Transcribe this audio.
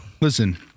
Listen